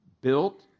built